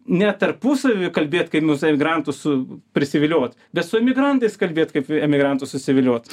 ne tarpusavy kalbėt kaip mus emigrantus su prisiviliot bet su emigrantais kalbėt kaip emigrantus susiviliot